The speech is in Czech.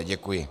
Děkuji.